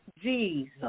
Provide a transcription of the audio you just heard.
Jesus